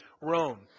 Rome